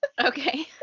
Okay